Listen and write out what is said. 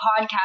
podcast